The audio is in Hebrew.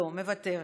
לא, מוותר.